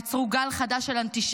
יצרו ברחבי העולם גל חדש של אנטישמיות,